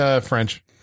French